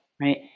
right